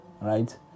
right